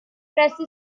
presta